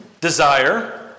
desire